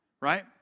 right